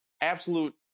absolute